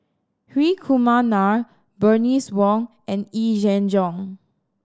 Hri Kumar Nair Bernice Wong and Yee Jenn Jong